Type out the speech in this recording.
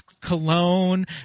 cologne